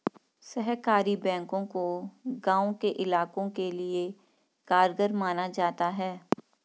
सहकारी बैंकों को गांव के इलाकों के लिये कारगर माना जाता है